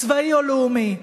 צבאי או לאומי.